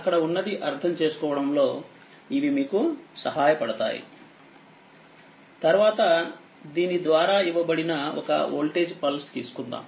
అక్కడ ఉన్నది అర్ధం చేసుకోవడంలో ఇవి మీకు సహాయపడతాయి తర్వాత దీని ద్వారా ఇవ్వబడిన ఒక వోల్టేజ్ పల్స్ తీసుకుందాం